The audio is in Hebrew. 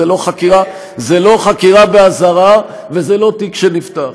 זה לא חקירה באזהרה וזה לא תיק שנפתח.